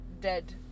dead